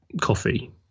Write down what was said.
coffee